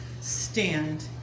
stand